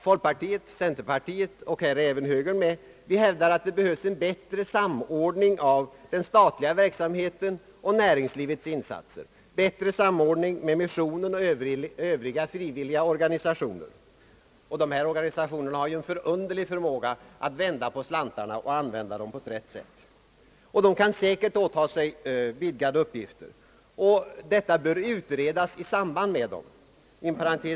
Folkpartiet och centerpartiet, samt här även högern, hävdar att det behövs bättre samordning av den statliga verksamheten och näringslivets insatser, bättre samordning med missionen och andra frivilliga organisationer. Dessa organisationer har ju en förunderlig förmåga att vända på slantarna och använda dem på rätt sätt. De kan säkert åta sig vidgade uppgifter. Detta bör utredas i samarbete med vederbörande organisationer.